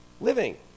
Living